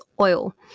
oil